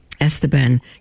esteban